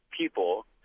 people